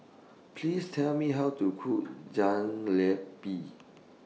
Please Tell Me How to Cook Jalebi